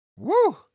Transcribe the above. Woo